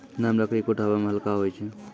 नरम लकड़ी क उठावै मे हल्का होय छै